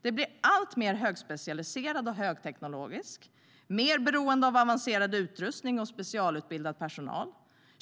Den blir alltmer högspecialiserad och högteknologisk, mer beroende av avancerad utrustning och specialistutbildad personal.